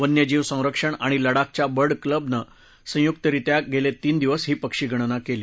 वन्यजीव संरक्षण आणि लडाखचा बर्ड क्लब यांनी संयुकरित्या गेले तीन दिवस ही पक्षीगणना केली